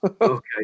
Okay